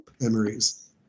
memories